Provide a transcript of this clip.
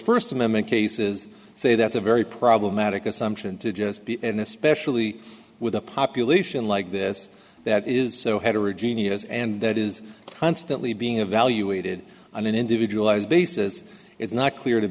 first amendment cases say that's a very problematic assumption to just be in especially with a population like this that is so heterogeneous and that is constantly being evaluated on an individual as basis it's not clear to